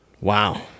Wow